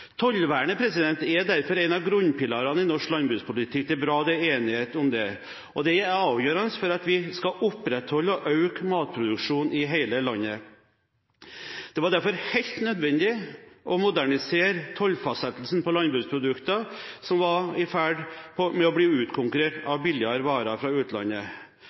er derfor en av grunnpilarene i norsk landbrukspolitikk. Det er bra det er enighet om det. Det er avgjørende for at vi skal opprettholde og øke matproduksjonen i hele landet. Det var derfor helt nødvendig å modernisere tollfastsettelsen på landbruksprodukter, som var i ferd med å bli utkonkurrert av billigere varer fra utlandet.